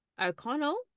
O'Connell